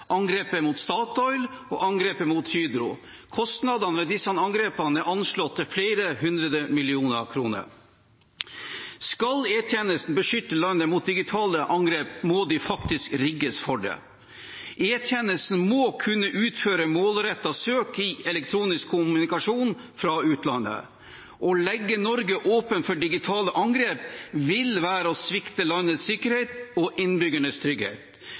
angrepet mot Statoil og angrepet mot Hydro. Kostnadene ved disse angrepene er anslått til flere hundre millioner kroner. Skal E-tjenesten beskytte landet mot digitale angrep, må den faktisk rigges for det. E-tjenesten må kunne utføre målrettede søk i elektronisk kommunikasjon fra utlandet. Å legge Norge åpent for digitale angrep vil være å svikte landets sikkerhet og innbyggernes trygghet.